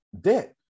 debt